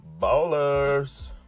ballers